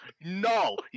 No